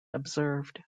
observed